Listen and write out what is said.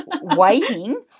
waiting